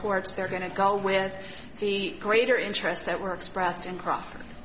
courts they're going to go with the greater interest that were expressed in crawford